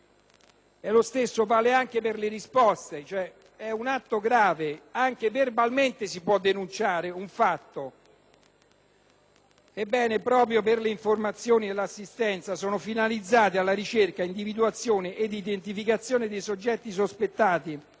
Lo stesso vale anche per le risposte. È un atto grave: anche verbalmente si può denunciare un fatto! Ebbene, proprio perché le informazioni e l'assistenza sono finalizzate alla ricerca, individuazione ed identificazione di soggetti sospettati